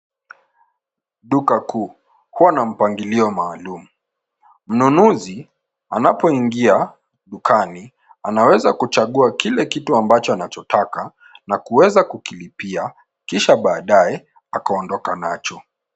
Dukaa kuu huwa na mpangilio maalum. Mnunuzi anapoingia dukani anaweza kuchagua kile kitu anachotaka na kuweza kukilipia kisha baadae akaondoka nacho.